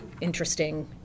interesting